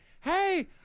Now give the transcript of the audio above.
Hey